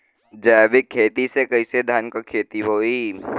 जैविक खेती से कईसे धान क खेती होई?